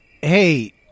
hey